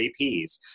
APs